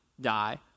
die